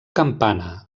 campana